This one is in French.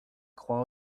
croix